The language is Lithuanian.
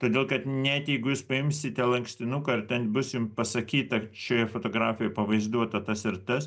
todėl kad net jeigu jūs paimsite lankstinuką ir ten bus jum pasakyta šioje fotografijoj pavaizduota tas ir tas